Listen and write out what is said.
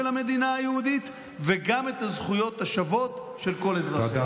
המדינה היהודית וגם את הזכויות השוות של כל אזרחיה.